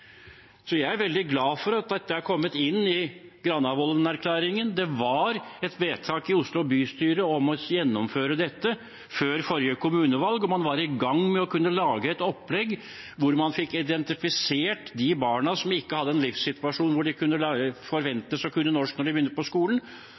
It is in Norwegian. Jeg er veldig glad for at dette er kommet inn i Granavolden-plattformen. Det var et vedtak i Oslo bystyre om å gjennomføre dette før forrige kommunevalg, og man var i gang med å lage et opplegg hvor man fikk identifisert de barna som ikke hadde en livssituasjon hvor det kunne forventes at de kunne